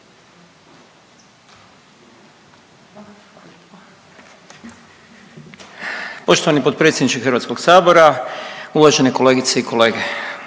poštovani potpredsjedniče Hrvatskog sabora. Poštovane kolegice i kolege,